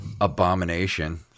abomination